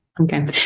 Okay